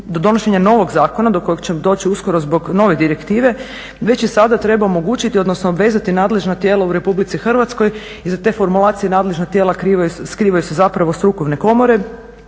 do donošenja novog zakona do kojeg će doći uskoro zbog nove direktive već i sada treba omogućiti, odnosno obvezati nadležna tijela u RH i za te formulacije nadležna tijela, … zapravo strukovne komore